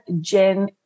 gen